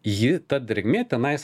ji ta drėgmė tenais